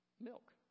milk